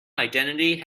identity